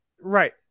Right